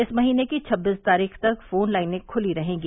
इस महीने की छबीस तारीख तक फोन लाइनें खुली रहेगी